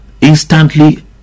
instantly